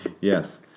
yes